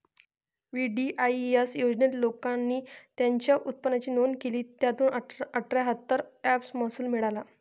VDIS योजनेत, लोकांनी त्यांच्या उत्पन्नाची नोंद केली, ज्यातून अठ्ठ्याहत्तर अब्ज महसूल मिळाला